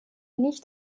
nicht